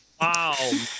Wow